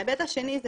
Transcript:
ההיבט השני זה